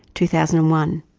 two thousand and one.